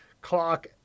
clock